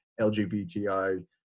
LGBTI